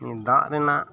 ᱫᱟᱜ ᱨᱮᱱᱟᱜ